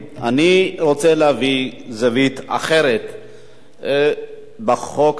אני רוצה להביא זווית אחרת בחוק הזה.